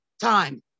time